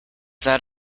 that